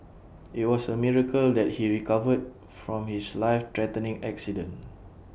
IT was A miracle that he recovered from his life threatening accident